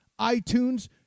iTunes